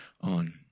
on